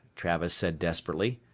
travis said desperately,